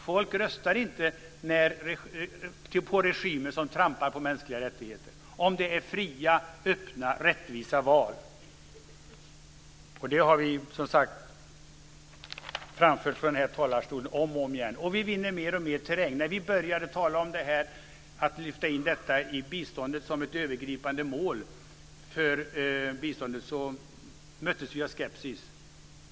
Folk röstar inte på regimer som trampar på mänskliga rättigheter, om det är fria, öppna, rättvisa val. Det har vi framfört om och om igen. Och vi vinner mer och mer terräng. När vi började tala om att lyfta in mänskliga rättigheter som ett övergripande mål för biståndet möttes vi av skepsis.